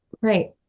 Right